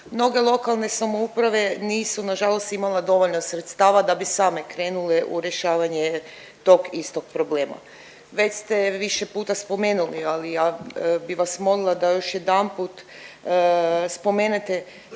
Mnoge lokalne samouprave nisu nažalost imale dovoljno sredstava da bi same krenule u rješavanje tog istog problema. Već ste više puta spomenuli, ali ja bi vas molila da još jedanput spomenete